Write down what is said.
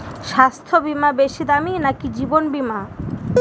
স্বাস্থ্য বীমা বেশী দামী নাকি জীবন বীমা?